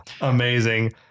amazing